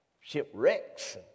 shipwrecks